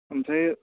ओमफ्राय